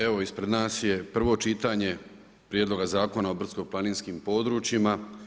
Evo, ispred nas je prvo čitanje Prijedloga Zakona o brdsko-planinskim područjima.